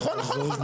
נכון, נכון.